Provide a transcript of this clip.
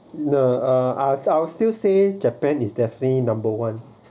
I I will still say japan is definitely number one